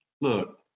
look